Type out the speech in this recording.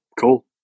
cool